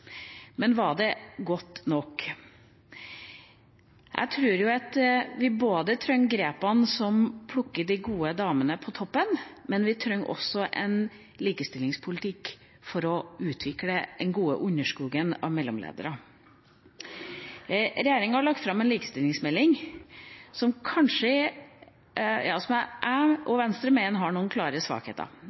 Men var det godt nok? Jeg tror at vi trenger grepene som plukker de gode damene på toppen, men vi trenger også en likestillingspolitikk for å utvikle den gode underskogen av mellomledere. Regjeringa har lagt fram en likestillingsmelding som jeg og Venstre mener har noen klare svakheter.